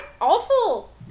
awful